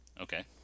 Okay